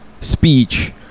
speech